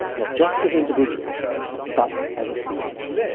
not just as individuals but as a species.